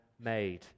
Made